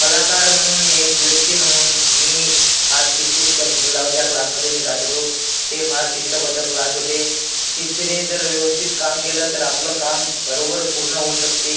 कलाकार म्हणून एक व्यक्ती म्हणून मी फार शिस्तीसुद्धा शिकलेलो आहो ज्या क्लासमध्ये मी जात होतो ते फार शिस्तबद्ध क्लास होते शिस्तीने जर व्यवस्थित काम केलं तर आपलं काम बरोबर पूर्ण होऊ शकते